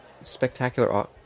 spectacular